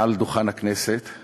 מעל דוכן הכנסת,